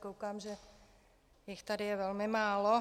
Koukám, že jich tady je velmi málo.